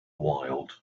wild